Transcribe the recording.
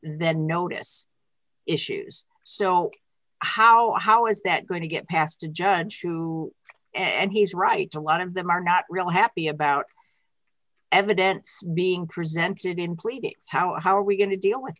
then notice issues so how is that going to get past a judge who and he's right to a lot of them are not real happy about evidence being presented in pleadings how are we going to deal with